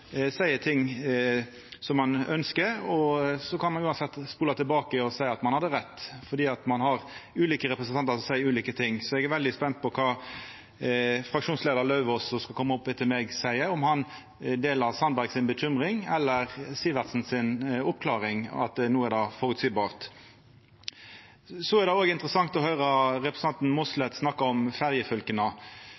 seier ting som ein ynskjer. Så kan ein uansett spola tilbake og seia at ein hadde rett, for ein har ulike representantar som seier ulike ting. Eg er veldig spent på kva fraksjonsleiar Lauvås, som kjem opp etter meg, seier – om han delar Sandberg si uro eller Sivertsen si oppklaring av at det no er føreseieleg. Det er òg interessant å høyra representanten